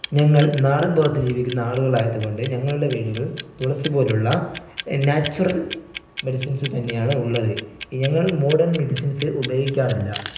ഞങ്ങൾ നാട്ടിൻപുറത്ത് ജീവിക്കുന്ന ആളുകളായതുകൊണ്ട് ഞങ്ങളുടെ വീടുകൾ തുളസിപോലുള്ള നാച്ചുറൽ മെഡിസിൻസ് തന്നെയാണ് ഉള്ളത് ഈ ഞങ്ങൾ മോഡേൺ മെഡിസിൻസ് ഉപയോഗിക്കാറില്ല